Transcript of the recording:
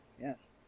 Yes